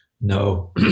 No